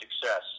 success